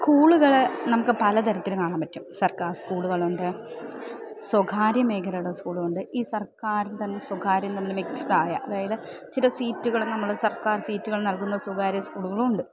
സ്കൂളുകൾ നമുക്ക് പല തരത്തില കാണാൻ പറ്റും സർക്കാർ സ്കൂളുകളുണ്ട് സ്വകാര്യ മേഖലയുടെ സ്കൂളുകളുണ്ട് ഈ സർക്കാരിൽ തന്നെ സ്വകാര്യം നമ്മൾ മിക്സ്ഡായ അതായത് ചില സീറ്റുകൾ നമ്മൾ സർക്കാർ സീറ്റുകൾ നൽകുന്ന സ്വകാര്യ സ്കൂളുകളും ഉണ്ട്